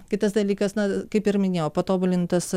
kitas dalykas na kaip ir minėjau patobulintas